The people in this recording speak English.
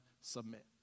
submit